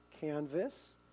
canvas